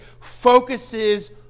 focuses